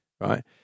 Right